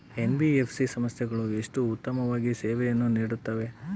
NBFC ಸಂಸ್ಥೆಗಳು ಎಷ್ಟು ಉತ್ತಮವಾಗಿ ಸೇವೆಯನ್ನು ನೇಡುತ್ತವೆ?